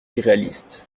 irréaliste